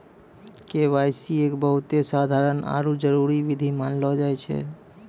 KYC एक बहुते साधारण आरु जरूरी विधि मानलो जाय छै